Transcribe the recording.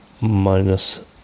minus